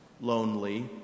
lonely